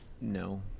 No